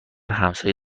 همسایه